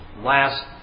Last